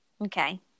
Okay